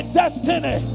destiny